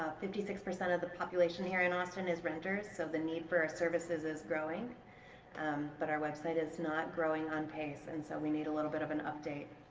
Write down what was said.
fifty six percent of the population here in austin is renters so the need for ah services is growing um but our website is not growing on pace and so we need a little bit of an update